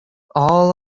all